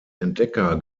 entdecker